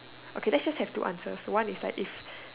okay let's just have two answers one is like if